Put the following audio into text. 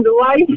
life